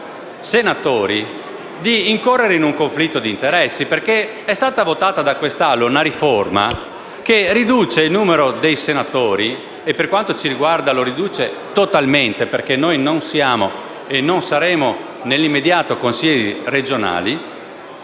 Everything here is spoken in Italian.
di incorrere in un conflitto di interessi. È stata infatti votata da quest'Assemblea una riforma che riduce il numero dei senatori, e per quanto ci riguarda lo riduce totalmente, perché noi non siamo e non saremo nell'immediato consiglieri regionali